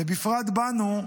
ובפרט בנו,